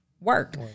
work